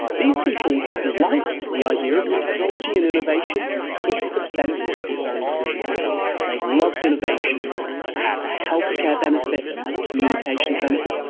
these people liked the idea of new technology and innovation if the benefits were very clearly spelt out. they loved innovations that had a health-care benefit, that had a communications benefit,